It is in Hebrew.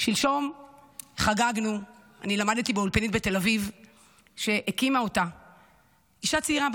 אני למדתי באולפנית בתל אביב שהקימה אישה צעירה,